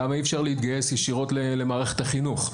למה אי אפשר להתגייס ישירות למערכת החינוך?